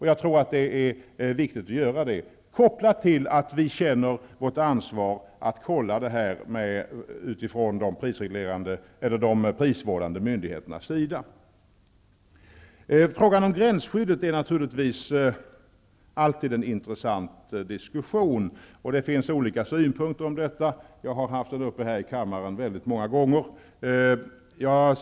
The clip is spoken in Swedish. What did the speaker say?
Jag tror att det är viktigt att göra det. Det är dock kopplat till att vi känner vårt ansvar att kolla det här med de prisvårdande myndigheterna. Frågan om gränsskyddet leder naturligtvis alltid till en intressant diskussion. Det finns olika synpunkter på detta. Jag har haft frågan uppe i kammaren väldigt många gånger.